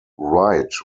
wright